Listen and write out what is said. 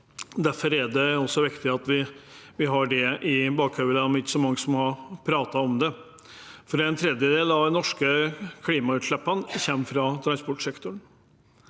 Derfor er det viktig at vi har det i bakhodet. Det er ikke så mange som har pratet om det. En tredjedel av de norske klimagassutslippene kommer fra transportsektoren.